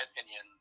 opinion